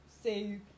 say